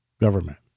government